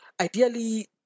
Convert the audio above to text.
Ideally